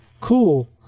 Cool